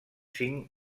cinc